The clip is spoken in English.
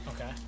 Okay